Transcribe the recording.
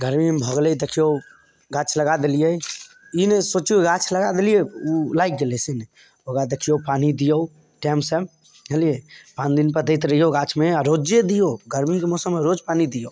गरमीमे भऽ गेलै देखिऔ गाछ लगा देलिए ई नहि सोचिऔ गाछ लगा देलिए ओ लागि गेलै से नहि ओकरा देखिऔ पानी दिऔ टाइमसे बुझलिए पाँच दिनपर दैत रहिऔ गाछमे आओर रोजे दिऔ गरमीके मौसममे रोज पानी दिऔ